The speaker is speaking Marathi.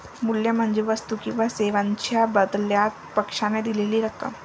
मूल्य म्हणजे वस्तू किंवा सेवांच्या बदल्यात पक्षाने दिलेली रक्कम